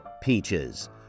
Peaches